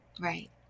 Right